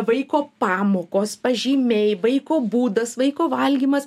vaiko pamokos pažymiai vaiko būdas vaiko valgymas